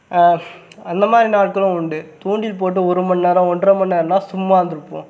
அந்த மாதிரி நாட்களும் உண்டு தூண்டில் போட்டு ஒரு மணிநேரம் ஒன்றரை மணிநேரன்னா சும்மா இருந்திருப்போம்